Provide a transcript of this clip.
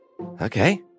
Okay